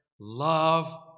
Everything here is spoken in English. Love